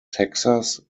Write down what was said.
texas